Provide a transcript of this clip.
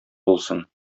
булсын